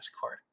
court